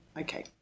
okay